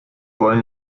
wollen